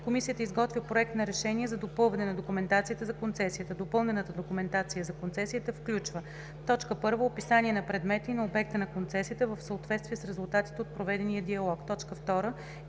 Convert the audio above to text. комисията изготвя проект на решение за допълване на документацията за концесията. Допълнената документация за концесията включва: 1. описание на предмета и на обекта на концесията в съответствие с резултатите от проведения диалог; 2.